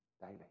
daily